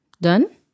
Done